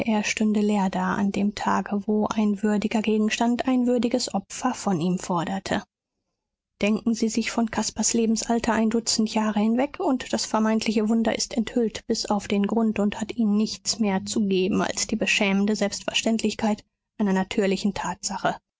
an dem tage wo ein würdiger gegenstand ein würdiges opfer von ihm forderte denken sie sich von caspars lebensalter ein dutzend jahre hinweg und das vermeintliche wunder ist enthüllt bis auf den grund und hat ihnen nichts mehr zu geben als die beschämende selbstverständlichkeit einer natürlichen tatsache